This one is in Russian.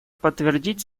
подтвердить